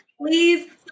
please